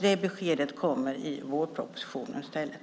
Det beskedet kommer i vårpropositionen i stället.